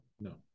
No